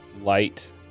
light